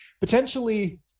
potentially